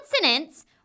sentence